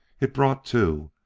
it brought, too,